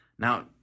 Now